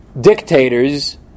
dictators